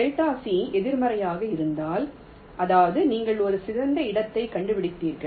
ΔC எதிர்மறையாக இருந்தால் அதாவது நீங்கள் ஒரு சிறந்த இடத்தைக் கண்டுபிடித்தீர்கள்